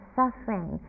suffering